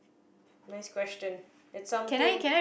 nice question it's something